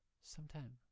sometime